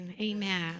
Amen